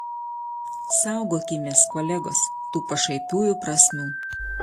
saugokimės kolegos tų pašaipiųjų prasmių